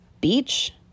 beach